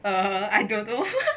err I don't know